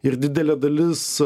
ir didelė dalis